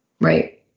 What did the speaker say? Right